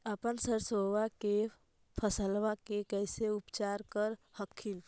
अपन सरसो के फसल्बा मे कैसे उपचार कर हखिन?